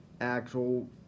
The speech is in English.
actual